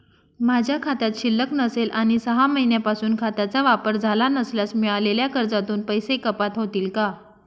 माझ्या खात्यात शिल्लक नसेल आणि सहा महिन्यांपासून खात्याचा वापर झाला नसल्यास मिळालेल्या कर्जातून पैसे कपात होतील का?